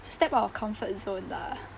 step out of comfort zone lah